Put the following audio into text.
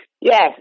Yes